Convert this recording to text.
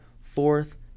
fourth